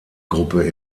gruppe